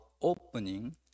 opening